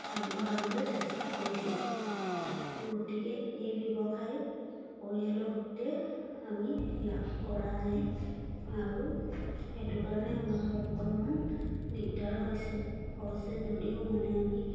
আগবঢ়াবলৈ চেষ্টা কৰিছোঁ গতিকে এই ব্যৱসায় পৰিয়ালৰ সূত্ৰে আমি লাভ কৰা নাই আৰু সেইটো কাৰণে আমাৰ অকণমান দিগদাৰ হৈছে হৈছে যদিও মানে আমি